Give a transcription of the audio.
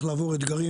שנצליח לעבור אתגרים,